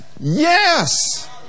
yes